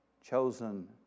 Chosen